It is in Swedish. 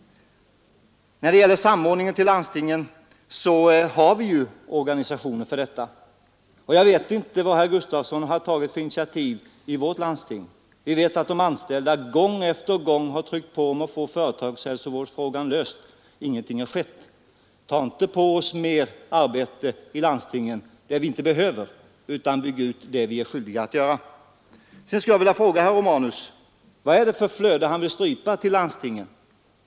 Vad beträffar samordningen till landstingen har vi ju organisationer för detta. Jag vet inte vad herr Gustavsson i Alvesta har tagit för initiativ i vårt landsting. De anställda har gång efter gång tryckt på för att få företagshälsovårdsfrågan löst, men ingenting har skett. Vi skall inte ta på oss mer arbete i landstingen än vi behöver, utan vi skall bygga ut det vi är skyldiga att göra. Sedan skulle jag vilja fråga herr Romanus vad det är för flöde till landstingen han vill strypa.